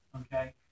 okay